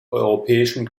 europäischen